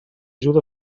ajuda